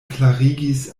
klarigis